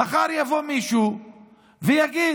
מחר יבוא מישהו ויגיד: